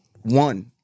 one